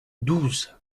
douze